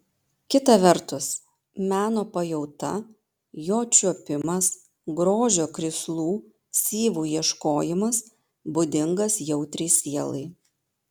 kita vertus meno pajauta jo čiuopimas grožio krislų syvų ieškojimas būdingas jautriai sielai